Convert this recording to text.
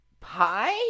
Pie